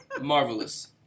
Marvelous